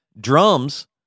drums